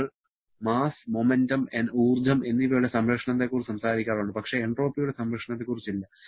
നമ്മൾ mass momentum ഊർജ്ജം എന്നിവയുടെ സംരക്ഷണത്തെക്കുറിച്ച് സംസാരിക്കാറുണ്ട് പക്ഷേ എൻട്രോപ്പിയുടെ സംരക്ഷണത്തെക്കുറിച്ചില്ല